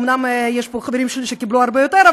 אומנם יש פה חברים שלי שקיבלו הרבה יותר,